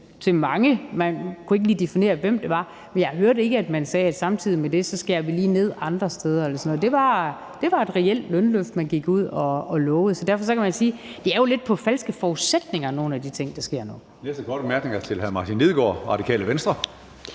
for man kunne ikke lige definere det. Men jeg hørte ikke, at man sagde, at samtidig med det skærer vi lige ned andre steder eller sådan noget. Det var et reelt lønløft, man gik ud og lovede. Så derfor kan man sige, at nogle af de ting, der sker nu,